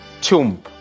tomb